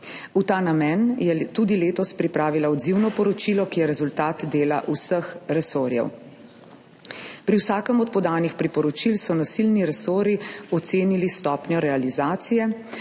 V ta namen je tudi letos pripravila odzivno poročilo, ki je rezultat dela vseh resorjev. Pri vsakem od podanih priporočil so nosilni resorji ocenili stopnjo realizacije,